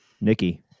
Nikki